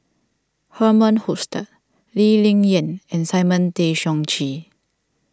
Herman Hochstadt Lee Ling Yen and Simon Tay Seong Chee